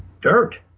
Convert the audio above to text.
dirt